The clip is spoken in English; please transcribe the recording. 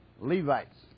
Levites